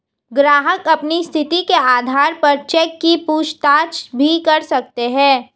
ग्राहक अपनी स्थिति के आधार पर चेक की पूछताछ भी कर सकते हैं